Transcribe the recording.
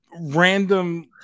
random